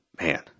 man